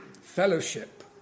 Fellowship